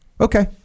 Okay